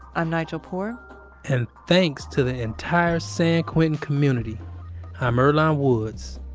i'm nigel poor and thanks to the entire san quentin community i'm earlonne woods.